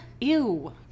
ew